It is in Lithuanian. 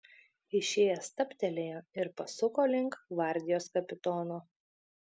išėjęs stabtelėjo ir pasuko link gvardijos kapitono